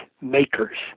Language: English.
makers